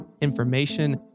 information